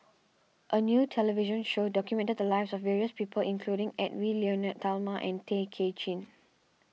a new television show documented the lives of various people including Edwy Lyonet Talma and Tay Kay Chin